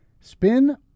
spin